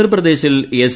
ഉത്തർപ്രദേശിൽ എസ്